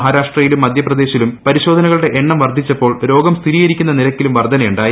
മഹാരാഷ്ട്രയിലും മധ്യപ്രദേശിലും പരിശോധനകളുടെ എണ്ണം വർദ്ധിച്ചപ്പോൾ രോഗം സ്ഥിരീകരിക്കുന്ന നിരക്കിലും വർദ്ധന ഉണ്ടായി